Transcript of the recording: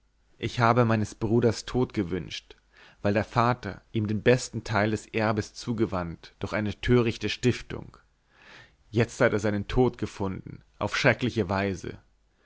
ich habe meines bruders tod gewünscht weil der vater ihm den besten teil des erbes zugewandt durch eine törichte stiftung jetzt hat er seinen tod gefunden auf schreckliche weise